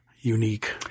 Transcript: unique